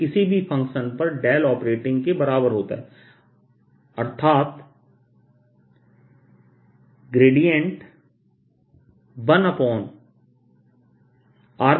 के किसी भी फंक्शन पर डेल ऑपरेटिंग के बराबर होता है अर्थात 1